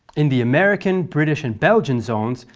in the american, british and belgian zones,